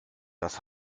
was